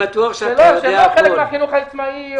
שהם לא חלק מהחינוך העצמאי,